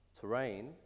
terrain